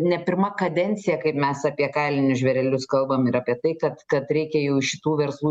ne pirma kadencija kaip mes apie kailinius žvėrelius kalbam ir apie tai kad kad reikia jau iš šitų verslų